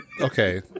Okay